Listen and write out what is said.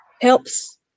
helps